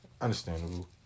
Understandable